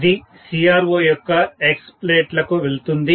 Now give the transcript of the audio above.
ఇది CRO యొక్క X ప్లేట్లకు వెళ్తుంది